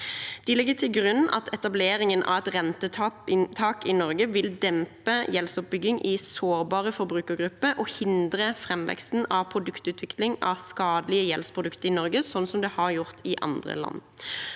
De legger til grunn at etableringen av et rentetak i Norge vil dempe gjeldsoppbygging i sårbare forbrukergrupper og hindre framvekst og produktutvikling av skadelige gjeldsprodukter i Norge, slik det har skjedd i andre land.